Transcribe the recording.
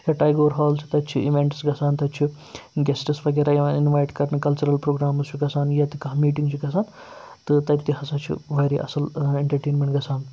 یا ٹایگور ہال چھُ تَتہِ چھُ اِوٮ۪نٛٹٕس گژھان تَتہِ چھُ گٮ۪سٹٕس وغیرہ یِوان اِنوایِٹ کَرنہٕ کَلچرَل پرٛوگرامٕز چھُ گَژھان یا تہِ کانٛہہ میٖٹِنٛگ چھِ گَژھان تہٕ تَتہِ تہِ ہَسا چھُ واریاہ اَصٕل اٮ۪نٹَرٹینمینٹ گژھان